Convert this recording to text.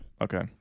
Okay